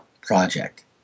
project